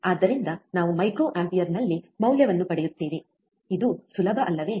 ಆದ್ದರಿಂದ ನಾವು ಮೈಕ್ರೊಅಂಪಿಯರ್ ನಲ್ಲಿ ಮೌಲ್ಯವನ್ನು ಪಡೆಯುತ್ತೇವೆ ಇದು ಸುಲಭ ಅಲ್ಲವೇ